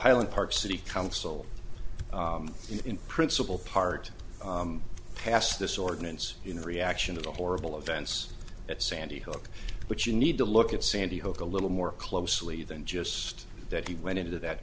high and park city council in principal part passed this ordinance in reaction to the horrible events at sandy hook but you need to look at sandy hook a little more closely than just that he went into that